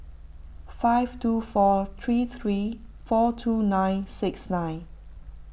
five two four three three four two nine six nine